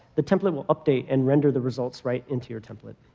the template will update and render the results right into your template.